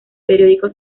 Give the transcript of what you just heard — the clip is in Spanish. periódico